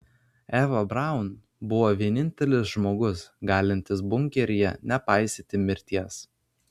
eva braun buvo vienintelis žmogus galintis bunkeryje nepaisyti mirties